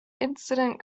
incident